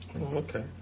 okay